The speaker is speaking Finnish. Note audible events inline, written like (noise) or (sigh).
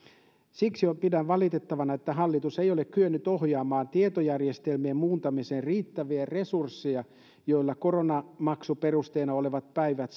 siksi pidän valitettavana että hallitus ei ole kyennyt ohjaamaan tietojärjestelmien muuntamiseen riittäviä resursseja joilla koronmaksuperusteena olevat päivät (unintelligible)